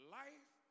life